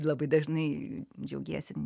labai dažnai džiaugiesi